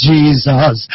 Jesus